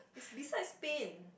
it's beside Spain